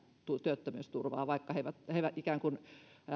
työttömyysturvaa vaikka he siihen ikään kuin